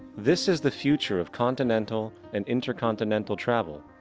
this is the future of continental and intercontinental travel.